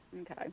Okay